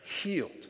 healed